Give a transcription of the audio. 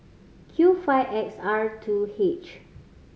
Q five X R two H